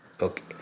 Okay